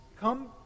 come